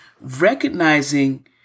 recognizing